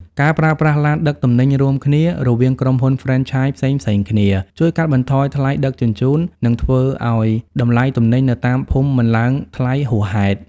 ការប្រើប្រាស់ "ឡានដឹកទំនិញរួមគ្នា" រវាងក្រុមហ៊ុនហ្វ្រេនឆាយផ្សេងៗគ្នា ជួយកាត់បន្ថយថ្លៃដឹកជញ្ជូន និងធ្វើឱ្យតម្លៃទំនិញនៅតាមភូមិមិនឡើងថ្លៃហួសហេតុ។